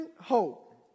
hope